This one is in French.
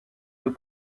deux